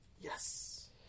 Yes